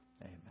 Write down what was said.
amen